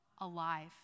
alive